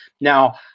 now